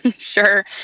Sure